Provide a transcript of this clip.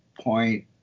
point